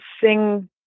sing